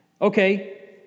Okay